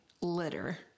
litter